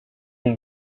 une